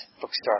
Bookstore